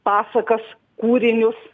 pasakas kūrinius